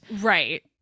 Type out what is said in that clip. Right